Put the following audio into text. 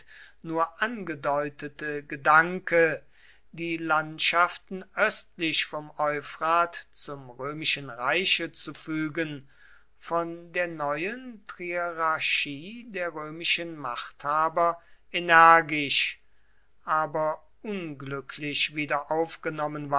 nur angedeutete gedanke die landschaften östlich vom euphrat zum römischen reiche zu fügen von der neuen triarchie der römischen machthaber energisch aber unglücklich